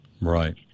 right